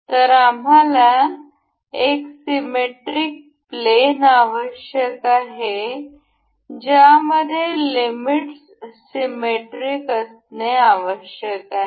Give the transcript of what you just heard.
तर आम्हाला एक सीमेट्रि प्लेन आवश्यक आहे ज्यामध्ये लिमिट्स सीमेट्रिक असणे आवश्यक आहे